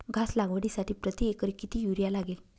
घास लागवडीसाठी प्रति एकर किती युरिया लागेल?